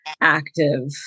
active